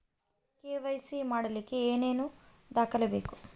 KYC ಮಾಡಲಿಕ್ಕೆ ಏನೇನು ದಾಖಲೆಬೇಕು?